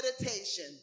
meditation